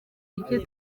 icyo